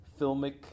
filmic